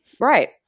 Right